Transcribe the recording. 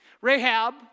Rahab